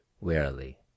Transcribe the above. wearily